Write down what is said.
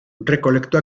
recolectó